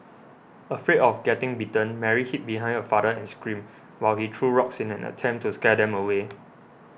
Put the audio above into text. afraid of getting bitten Mary hid behind her father and screamed while he threw rocks in an attempt to scare them away